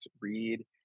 read